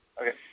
Okay